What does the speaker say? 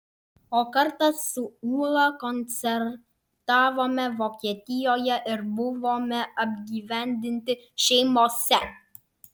o kartą su ūla koncertavome vokietijoje ir buvome apgyvendinti šeimose